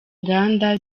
inganda